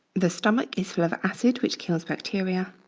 the stomach is full of acid which kills bacteria.